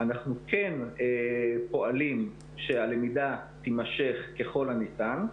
אנחנו כן פועלים שהלמידה תימשך ככל הניתן,